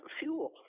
fuel